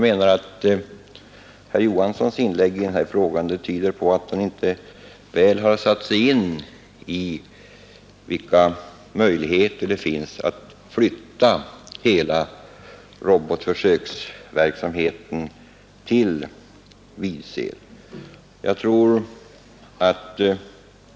Herr Johanssons inlägg i denna fråga tyder på att han inte har satt sig in i vilka möjligheter som finns att flytta hela robotsförsöksverksamheten till Vidsel.